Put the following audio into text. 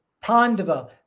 Pandava